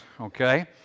okay